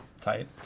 Tight